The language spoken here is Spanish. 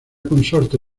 consorte